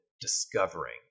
discovering